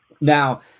now